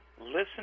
listen